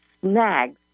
snags